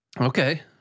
Okay